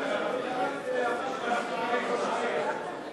הממשלה על רצונה להחיל דין רציפות על